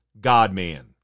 God-man